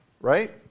Right